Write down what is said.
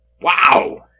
Wow